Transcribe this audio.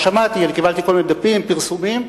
שמעתי, קיבלתי כל מיני דפים ופרסומים,